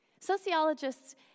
Sociologists